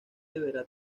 deberá